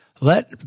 Let